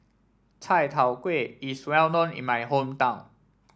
Chai Tow Kuay is well known in my hometown